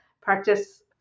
practice